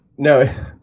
No